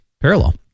parallel